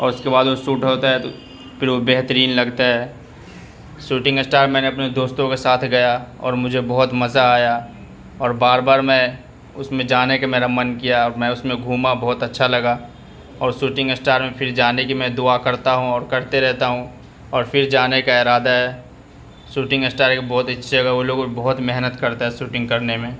اور اس کے بعد وہ شوٹ ہوتا ہے تو پھر وہ بہترین لگتا ہے شوٹنگ اسٹار میں نے اپنے دوستوں کے ساتھ گیا اور مجھے بہت مزہ آیا اور بار بار میں اس میں جانے کا میرا من کیا میں اس میں گھوما بہت اچھا لگا اور شوٹنگ اسٹار میں پھر جانے کی دعا کرتا ہوں اور کرتے رہتا ہوں اور پھر جانے کا ارادہ ہے شوٹنگ اسٹار ایک بہت اچھی جگہ ہے وہ لوگ بھی بہت محنت کرتا ہے شوٹنگ کرنے میں